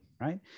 Right